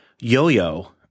Yo-Yo